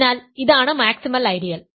അതിനാൽ ഇതാണ് maximal ideal